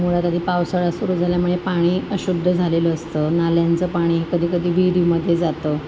मुळात आधी पावसाळा सुरू झाल्यामुळे पाणी अशुद्ध झालेलं असतं नाल्यांचं पाणी कधीकधी विहिरीमध्ये जातं